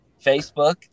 Facebook